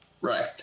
right